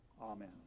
Amen